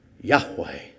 Yahweh